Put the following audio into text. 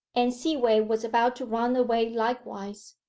anne seaway was about to run away likewise,